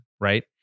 right